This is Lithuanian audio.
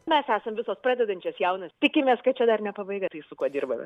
mes esam visos pradedančios jaunos tikimės kad čia dar ne pabaiga tai su kuo dirbame